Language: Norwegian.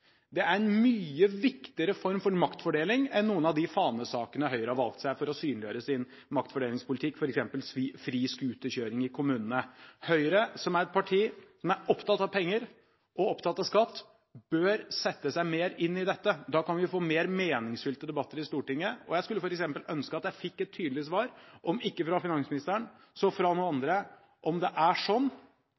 Det er en mye viktigere form for maktfordeling enn noen av de fanesakene Høyre har valgt seg for å synliggjøre sin maktfordelingspolitikk, f.eks. fri skuterkjøring i kommunene. Høyre, som er et parti som er opptatt av penger og opptatt av skatt, bør sette seg mer inn i dette. Da kan vi få mer meningsfylte debatter i Stortinget, og jeg skulle f.eks. ønske at jeg fikk et tydelig svar – om ikke fra finansministeren, så fra noen andre – om det er sånn